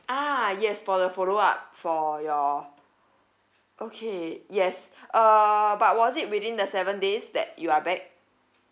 ah yes for the follow up for your okay yes uh but was it within the seven days that you are back